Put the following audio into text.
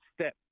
step